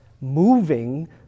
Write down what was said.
moving